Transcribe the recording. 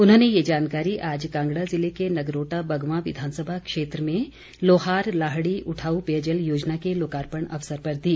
उन्होंने ये जानकारी आज कांगड़ा जिले के नगरोटा बगवां विधानसभा क्षेत्र में लोहार लाहड़ी उठाऊ पेयजल योजना के लोकार्पण अवसर पर दी